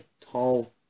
tall